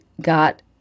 got